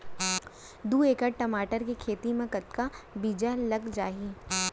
दू एकड़ टमाटर के खेती मा कतका बीजा लग जाही?